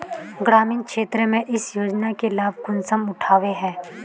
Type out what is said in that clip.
ग्रामीण क्षेत्र में इस योजना के लाभ कुंसम उठावे है?